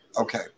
Okay